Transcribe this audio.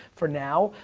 for now.